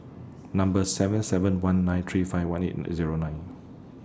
Number seven seven one nine three five one eight Zero nine